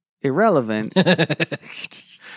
Irrelevant